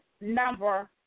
number